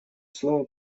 слово